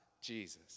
Jesus